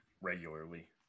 regularly